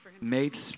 made